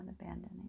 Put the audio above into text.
abandoning